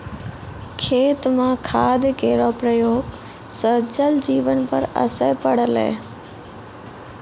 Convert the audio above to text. खेत म खाद केरो प्रयोग सँ जल जीवन पर असर पड़लै